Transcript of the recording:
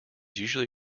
usually